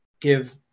give